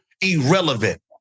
irrelevant